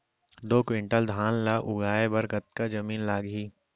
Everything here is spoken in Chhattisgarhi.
दो क्विंटल धान ला उगाए बर कतका जमीन लागही?